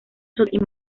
sotomayor